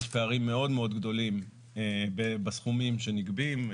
יש פערים מאוד גדולים בסכומים שנגבים,